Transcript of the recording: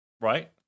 Right